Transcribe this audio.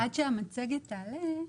עד שהמצגת תעלה,